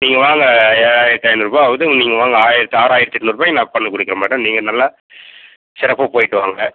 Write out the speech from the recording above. நீங்கள் வாங்க ஏழாயிரத்தி ஐந்நூறுபா ஆகுது நீங்கள் வாங்க ஆயிரத்தி ஆறாயிரத்தி எட்நூறுபாய்க்கு நான் பண்ணிக் கொடுக்குறேன் மேடம் நீங்கள் நல்ல சிறப்பாக போயிட்டு வாங்க